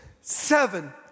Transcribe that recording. seven